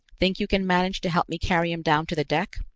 think you can manage to help me carry him down to the deck?